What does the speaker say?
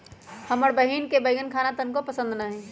हमर बहिन के बईगन खाना तनको पसंद न हई